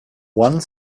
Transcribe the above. one